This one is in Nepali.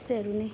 त्यस्तैहरू नै